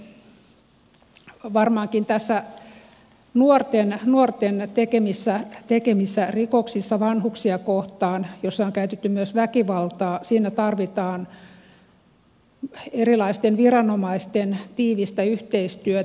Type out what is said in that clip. varmaankin näissä nuorten tekemissä rikoksissa vanhuksia kohtaan joissa on käytetty myös väkivaltaa tarvitaan erilaisten viranomaisten tiivistä yhteistyötä